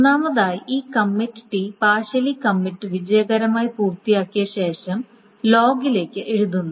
ഒന്നാമതായി ഈ കമ്മിറ്റ് ടി പാർഷ്യലി കമ്മിറ്റ് വിജയകരമായി പൂർത്തിയാക്കിയ ശേഷം ലോഗിലേക്ക് എഴുതുന്നു